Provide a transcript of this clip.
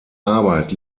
arbeit